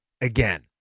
again